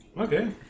Okay